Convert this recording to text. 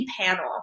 panel